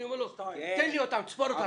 אני אומר לו: תספור אותן.